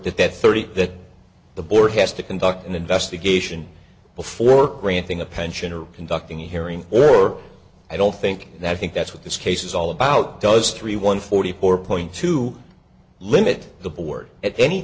at that thirty that the board has to conduct an investigation before granting a pensioner conducting a hearing or i don't think that i think that's what this case is all about does three one forty four point two limit the board at any